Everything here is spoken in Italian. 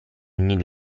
ogni